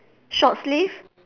short sleeve